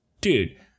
Dude